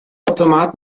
automat